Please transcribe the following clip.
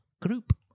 group